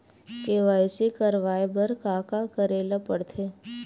KYC करवाय बर का का करे ल पड़थे?